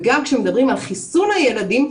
וגם כשמדברים על חיסון הילדים,